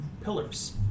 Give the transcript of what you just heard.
pillars